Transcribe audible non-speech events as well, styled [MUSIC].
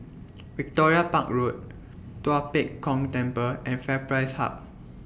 [NOISE] Victoria Park Road Tua Pek Kong Temple and FairPrice Hub